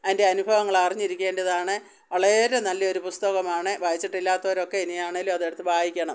അതിൻ്റെ അനുഭവങ്ങൾ അറിഞ്ഞിരിക്കേണ്ടതാണ് വളരെ നല്ലയൊരു പുസ്തകമാണ് വായിച്ചിട്ടില്ലാത്തവരൊക്കെ ഇനി ആണെങ്കിലും അതെടുത്തു വായിക്കണം